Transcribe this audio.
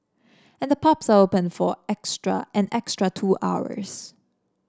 and the pubs are open for extra an extra two hours